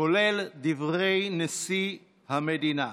כולל דברי נשיא המדינה.